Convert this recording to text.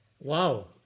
Wow